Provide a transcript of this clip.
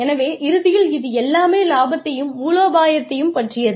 எனவே இறுதியில் இது எல்லாமே லாபத்தையும் மூலோபாயத்தையும் பற்றியது